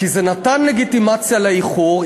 כי זה נתן לגיטימציה לאיחור,